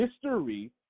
history